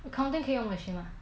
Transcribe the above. accounting 可以用 machine 吗